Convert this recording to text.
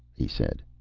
he said.